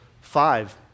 five